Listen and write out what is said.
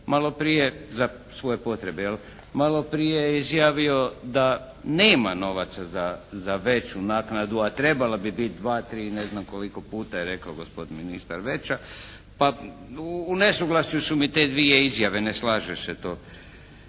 maloprije, za svoje potrebe. Maloprije je izjavio da nema novaca za veću naknadu, a trebala bi biti 2, 3 i ne znam koliko puta je rekao gospodin ministar veća pa u nesuglasju su mi te dvije izjave, ne slaže se to